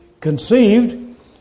conceived